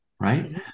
right